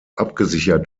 abgesichert